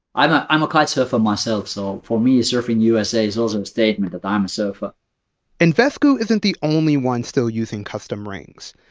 i'm ah i'm a couch surfer myself, so for me, surfin' usa is also a statement that i'm a surfer and vesku isn't the only one still using custom rings.